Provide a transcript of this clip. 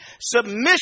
Submission